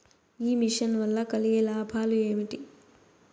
ఈ మిషన్ వల్ల కలిగే లాభాలు ఏమిటి?